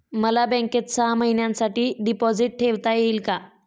मला बँकेत सहा महिन्यांसाठी डिपॉझिट ठेवता येईल का?